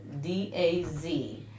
D-A-Z